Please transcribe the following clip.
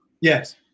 Yes